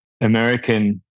American